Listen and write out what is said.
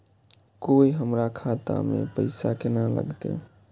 कोय हमरा खाता में पैसा केना लगते?